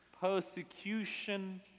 persecution